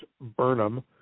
Burnham